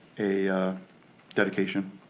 a dedication.